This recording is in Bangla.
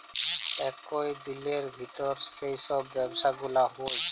একই দিলের ভিতর যেই সব ব্যবসা গুলা হউ